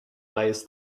lays